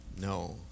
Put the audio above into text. No